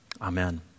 Amen